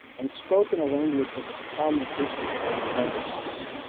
and spoke in a language that the common person could understand.